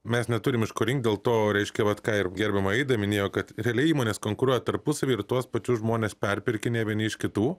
mes neturim iš ko rinkt dėl to reiškia vat ką ir gerbiama aida minėjo kad realiai įmonės konkuruoja tarpusavyje ir tuos pačius žmones perpirkinėja vieni iš kitų